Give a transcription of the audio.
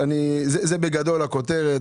בגדול זאת הכותרת.